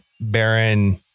baron